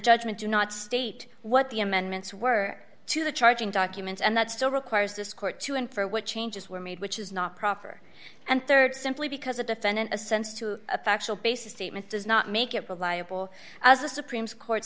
judgment do not state what the amendments were to the charging documents and that still requires this court to and for what changes were made which is not proper and rd simply because a defendant a sense to a factual basis statement does not make it reliable as the supreme court